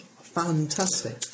Fantastic